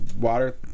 water